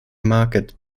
market